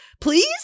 please